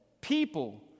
people